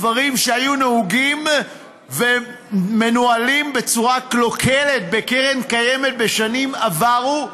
דברים שהיו נהוגים ומנוהלים בצורה קלוקלת בקרן קיימת בשנים עברו,